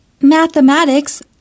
Mathematics